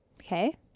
Okay